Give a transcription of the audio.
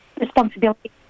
responsibility